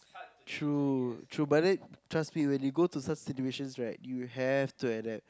true true but then trust me when you go to such situations right you have to adapt